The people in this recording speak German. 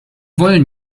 wollen